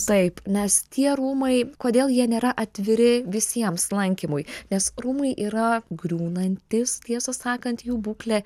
taip nes tie rūmai kodėl jie nėra atviri visiems lankymui nes rūmai yra griūnantys tiesą sakant jų būklė